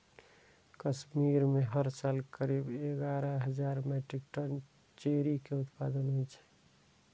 कश्मीर मे हर साल करीब एगारह हजार मीट्रिक टन चेरी के उत्पादन होइ छै